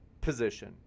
position